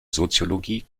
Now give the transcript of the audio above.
soziologie